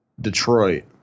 Detroit